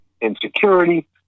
insecurity